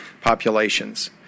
populations